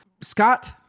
Scott